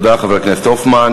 תודה, חבר הכנסת הופמן.